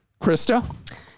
Krista